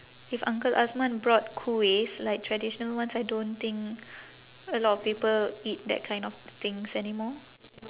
if uncle azman brought kuihs like traditional ones I don't think a lot of people eat that kind of things anymore